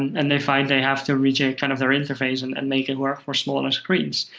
and they find they have to reject kind of their interface and and make it work for smaller screens.